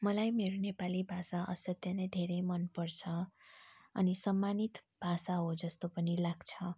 मलाई मेरो नेपाली भाषा असाध्य नै धेरै मन पर्छ अनि सम्मानित भाषा हो जस्तो पनि लाग्छ